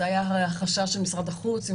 זה היה הרי החשש של משרד החוץ,